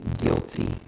guilty